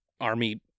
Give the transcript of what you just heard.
Army